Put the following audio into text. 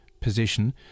position